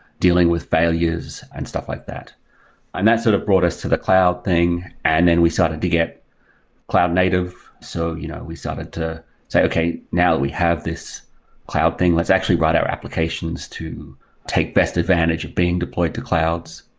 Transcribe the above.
dealing with failures and stuff like that and that sort of brought us to the cloud thing. and then we started to get cloud native. so you know we started to say okay, now we have this cloud thing. let's actually write our applications to take best advantage of being deployed to clouds.